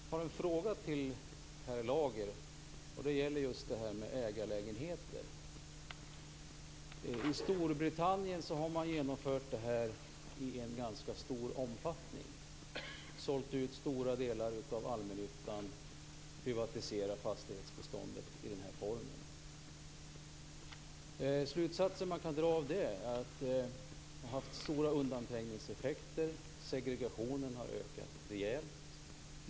Fru talman! Jag har en fråga till Per Lager. Den gäller just ägarlägenheter. I Storbritannien har man genomfört detta i ganska stor omfattning. Man har sålt ut stora delar av allmännyttan och privatiserat fastighetsbeståndet i den här formen. Slutsatsen man kan dra av det är att det haft stora undanträngningseffekter. Segregationen har ökat rejält.